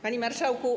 Panie Marszałku!